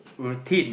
routine